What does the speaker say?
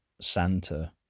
Santa